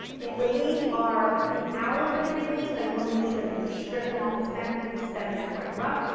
if the leaves are the outer really big leaves then you want to make sure that you strip them off the stem because the stem is quite rough,